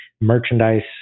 merchandise